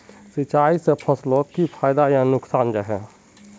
सिंचाई से फसलोक की फायदा या नुकसान जाहा?